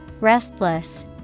restless